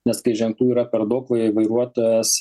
nes kai ženklų yra per daug vairuotojas